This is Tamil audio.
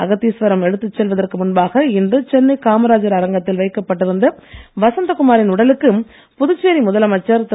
அகத்தீஸ்வரம் எடுத்துச் செல்வதற்கு முன்பாக இன்று சென்னை காமராஜர் அரங்கத்தில் வைக்கப்பட்டிருந்த வசந்தகுமாரின் உடலுக்கு புதுச்சேரி முதலமைச்சர் திரு